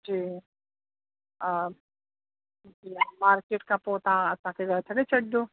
जी हा मार्केट खां पोइ तव्हां असांखे घर छॾे छॾिजो